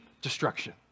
Destruction